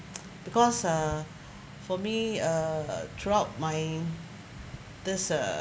because uh for me uh throughout my this uh